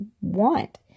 want